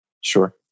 Sure